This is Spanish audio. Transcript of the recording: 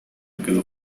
quedó